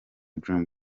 dream